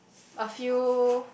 a few